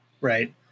right